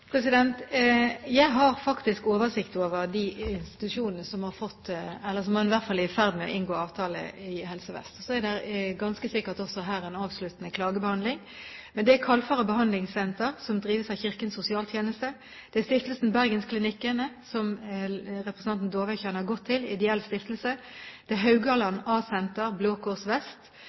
Jeg har faktisk oversikt over de institusjonene som har fått avtale, eller som man i hvert fall er i ferd med å inngå avtale med i Helse Vest, og så er det ganske sikkert også her en avsluttende klagebehandling. Det er Kalfaret behandlingssenter, som drives av Kirkens Sosialtjeneste, det er Stiftelsen Bergensklinikkene, som representanten Dåvøy kjenner godt til – en ideell stiftelse – det er Haugaland A-senter, Blå Kors Vest,